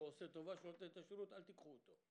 עושה טובה כשהוא נותן את השירות אל תיקחו אותו.